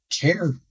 care